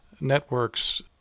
networks